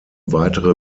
weitere